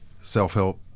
self-help